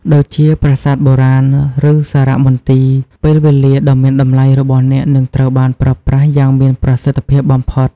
ដូចជាប្រាសាទបុរាណ ឬសារមន្ទីរ ពេលវេលាដ៏មានតម្លៃរបស់អ្នកនឹងត្រូវបានប្រើប្រាស់យ៉ាងមានប្រសិទ្ធភាពបំផុត។